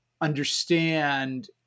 understand